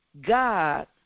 God